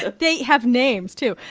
they have names, too.